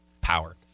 power